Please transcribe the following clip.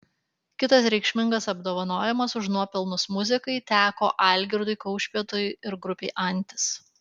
kitas reikšmingas apdovanojimas už nuopelnus muzikai teko algirdui kaušpėdui ir grupei antis